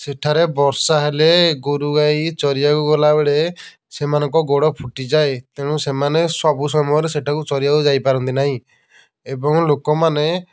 ସେଠାରେ ବର୍ଷା ହେଲେ ଗୋରୁ ଗାଈ ଚରିବାକୁ ଗଲା ବେଳେ ସେମାନଙ୍କ ଗୋଡ଼ ଫୁଟିଯାଏ ତେଣୁ ସେମାନେ ସବୁ ସମୟରେ ସେଠାକୁ ଚରିବାକୁ ଯାଇ ପାରନ୍ତିନାହିଁ ଏବଂ ଲୋକ ମାନେ